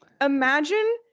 imagine